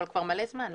אבל כבר מלא זמן נכון?